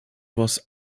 was